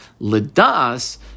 Lidas